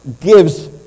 gives